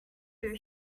too